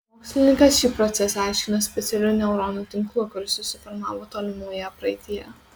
mokslininkas šį procesą aiškina specialiu neuronų tinklu kuris susiformavo tolimoje praeityje